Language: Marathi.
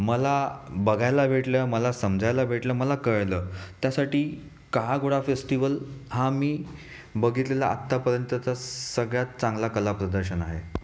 मला बघायला भेटल्या मला समजायला भेटलं मला कळलं त्यासाठी काळा गोडा फेस्टिवल हा मी बघितलेला आत्तापर्यंतचा सगळ्यात चांगला कला प्रदर्शन आहे